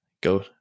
Go